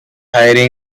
hiring